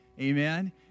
Amen